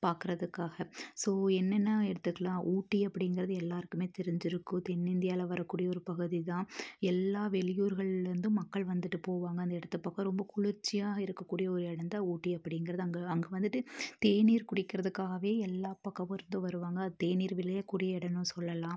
பார்க்குறதுக்காக ஸோ என்னென்ன எடுத்துக்கலான் ஊட்டி அப்படிங்குறது எல்லாருக்குமே தெரிஞ்சிருக்கும் தென்னிந்தியாவில வரக்கூடிய ஒரு பகுதிதான் எல்லா வெளியூர்கள்லேர்ந்தும் மக்கள் வந்துட்டு போவாங்க அந்த இடத்த பார்க்க ரொம்ப குளிர்ச்சியாக இருக்க கூடிய இடந்தான் ஊட்டி அப்படிங்குறது அங்கே அங்கே வந்துட்டு தேநீர் குடிக்கிறதுக்காகவே எல்லா பக்கமும் இருந்து வருவாங்க தேநீர் விளையக்கூடிய எடம்னு சொல்லலாம்